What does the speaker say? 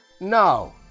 No